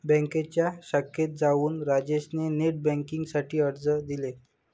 बँकेच्या शाखेत जाऊन राजेश ने नेट बेन्किंग साठी अर्ज दिले